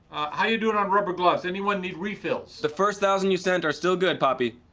how are you doing on rubber gloves? anyone need refills? the first thousand you sent are still good, poppy.